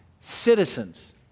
citizens